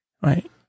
right